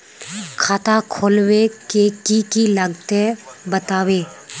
खाता खोलवे के की की लगते बतावे?